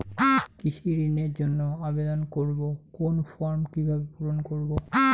কৃষি ঋণের জন্য আবেদন করব কোন ফর্ম কিভাবে পূরণ করব?